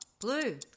Blue